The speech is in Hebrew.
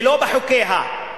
ולא בחוקיה.